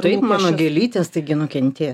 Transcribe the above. taip mano gėlytės taigi nukentė